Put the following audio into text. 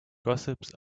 gossips